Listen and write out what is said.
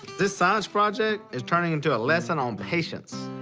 this science project is turning and to a lesson on patience.